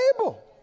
able